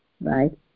right